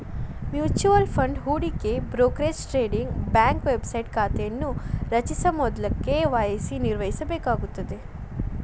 mutual fund ಹೂಡಿಕೆ brokerage trading bank website ಖಾತೆಯನ್ನ ರಚಿಸ ಮೊದ್ಲ ಕೆ.ವಾಯ್.ಸಿ ನಿರ್ವಹಿಸಬೇಕಾಗತ್ತ